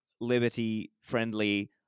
liberty-friendly